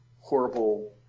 horrible